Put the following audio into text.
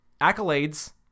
Accolades